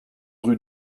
rue